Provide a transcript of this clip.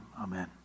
Amen